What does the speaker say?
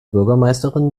bürgermeisterin